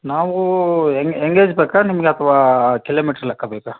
ನಾವು ಎಂಗ್ ಎಂಗೇಜ್ ಬೇಕಾ ನಿಮ್ಗೆ ಅಥವಾ ಕಿಲೋಮೀಟ್ರ್ ಲೆಕ್ಕ ಬೇಕಾ